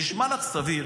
נשמע לך סביר